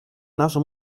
naso